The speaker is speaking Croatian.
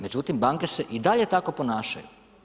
Međutim, banke se i dalje tako ponašaju.